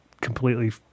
completely